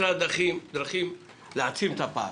מצאה דרכים להעצים את הפער.